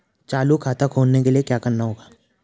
चालू खाता खोलने के लिए क्या करना होगा?